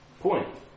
point